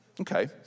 okay